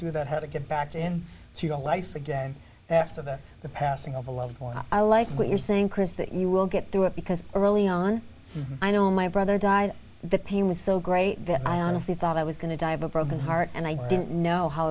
do that how to get back in to the life again after that the passing of a loved one i like what you're saying chris that you will get through it because early on i know my brother died the pain was so great that i honestly thought i was going to die of a broken heart and i didn't know how